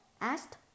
asked